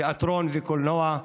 תיאטרון וקולנוע,